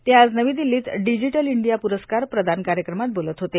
ते आज नवी दिल्लीत डिजिटल इंडिया प्रस्कार प्रदान कार्यक्रमात बोलत होते